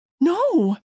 No